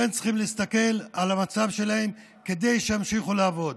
כן צריכים להסתכל על המצב שלהם כדי שימשיכו לעבוד.